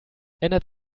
ändert